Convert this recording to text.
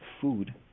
food